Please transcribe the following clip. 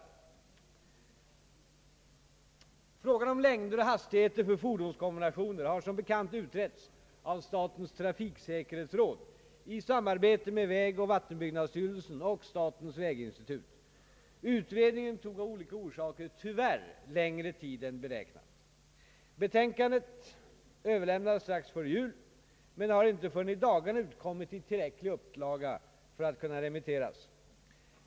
Frågan om längder och hastigheter för fordonskombinationer har som bekant utretts av statens trafiksäkerhetsråd i samarbete med vägoch vattenbyggnadsstyrelsen och statens väginstitut. Utredningen tog av olika orsaker tyvärr längre tid än beräknat. Betänkandet, som har nr SOU 1966: 41, överlämnades strax före jul men har inte förrän i dagarna utkommit i tillräcklig upplaga för att kunna remitteras.